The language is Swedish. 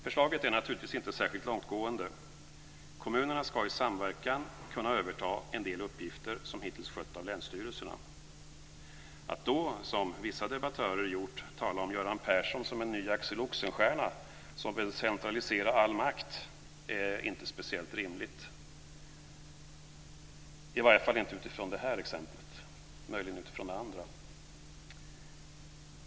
Förslaget är naturligtvis inte särskilt långtgående. Kommunerna ska i samverkan kunna överta en del uppgifter som hittills skötts av länsstyrelserna. Att då som vissa debattörer gjort tala om Göran Persson som en ny Axel Oxenstierna, som vill centralisera all makt, är inte speciellt rimligt, i varje fall inte utifrån det här exemplet, möjligen utifrån andra.